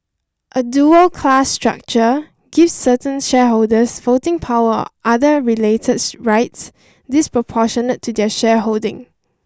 a dual class structure gives certain shareholders voting power other rights disproportionate to their shareholding